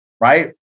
right